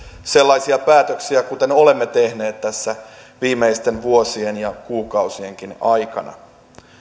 sellaisia päätöksiä kuin olemme tehneet tässä viimeisten vuosien ja kuukausienkin aikana